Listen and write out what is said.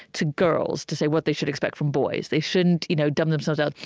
to girls, to say what they should expect from boys they shouldn't you know dumb themselves down.